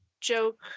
joke